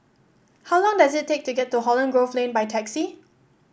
how long does it take to get to Holland Grove Lane by taxi